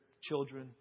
children